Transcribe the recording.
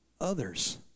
others